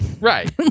Right